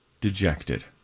dejected